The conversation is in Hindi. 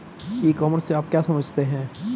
ई कॉमर्स से आप क्या समझते हैं?